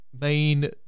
main